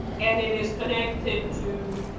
and it is connected to